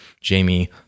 Jamie